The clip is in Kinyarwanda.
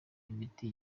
imiti